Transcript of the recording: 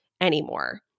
anymore